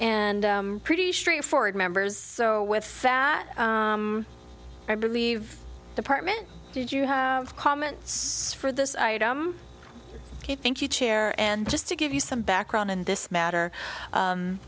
and pretty straightforward members so with that i believe department did you have comments for this item you think you chair and just to give you some background in this matter